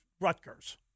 rutgers